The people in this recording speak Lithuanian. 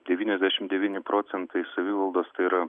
devyniasdešimt devyni procentai savivaldos tai yra